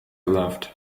loved